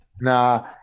Nah